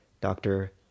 doctor